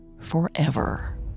forever